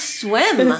swim